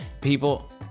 people